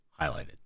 highlighted